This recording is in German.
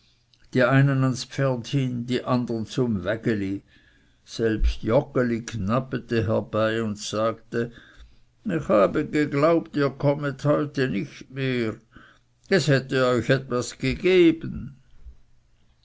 die einen ans pferd hin die andern zum wägeli selbst joggeli gnappete herbei und sagte ich habe geglaubt ihr kommet heute nicht mehr es hätte euch etwas gegeben